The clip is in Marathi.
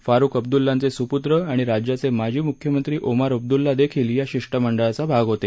फारुख अब्द्ललांचे स्प्त्र आणि राज्याचे माजी मुख्यमंत्री ओमार अब्दुल्ला देखील या शिष्टमंडळाचा भाग होते